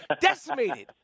decimated